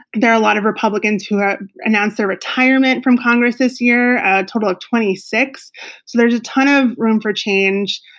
there are a lot of republicans who announced their retirement from congress this year, a total of twenty six, so there's a ton of room for change.